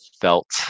felt